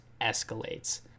escalates